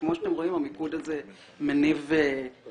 כמו שאתם רואים, המיקוד הזה מניב פירות.